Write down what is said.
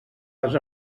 les